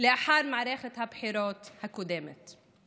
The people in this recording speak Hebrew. לאחר מערכת הבחירות הקודמת.